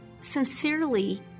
sincerely